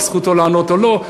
והשר זכותו לענות או לא.